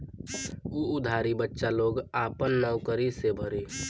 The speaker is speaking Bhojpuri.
उ उधारी बच्चा लोग आपन नउकरी से भरी